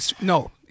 No